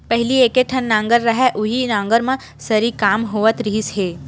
पहिली एके ठन नांगर रहय उहीं नांगर म सरी काम होवत रिहिस हे